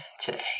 today